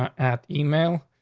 at email.